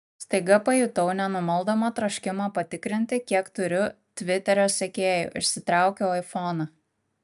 staiga pajutau nenumaldomą troškimą patikrinti kiek turiu tviterio sekėjų išsitraukiau aifoną